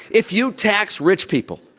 if you tax rich people,